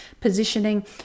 positioning